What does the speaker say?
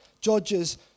Judges